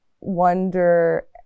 wonder